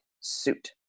suit